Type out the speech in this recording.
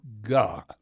God